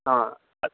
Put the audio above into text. ಹಾಂ